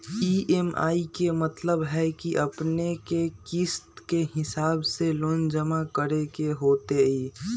EMI के मतलब है कि अपने के किस्त के हिसाब से लोन जमा करे के होतेई?